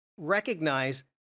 Recognize